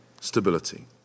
stability